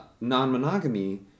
non-monogamy